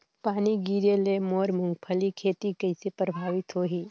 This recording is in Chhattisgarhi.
पानी गिरे ले मोर मुंगफली खेती कइसे प्रभावित होही?